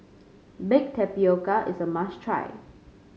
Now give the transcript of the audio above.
Baked Tapioca is a must try